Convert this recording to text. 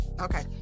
Okay